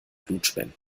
blutspenden